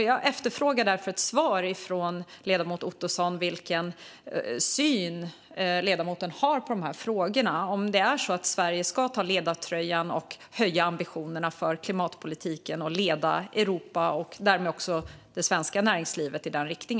Jag efterfrågar därför ett svar från ledamoten Ottosson om vilken syn han har på dessa frågor. Ska Sverige ta ledartröjan och höja ambitionerna för klimatpolitiken och leda Europa och därmed också det svenska näringslivet i en sådan riktning?